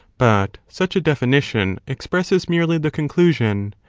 but such a definition expresses merely the conclusion.